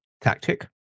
tactic